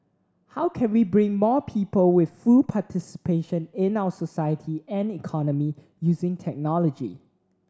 how can we bring more people with full participation in our society and economy using technology